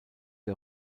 der